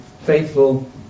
faithful